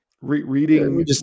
Reading